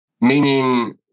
meaning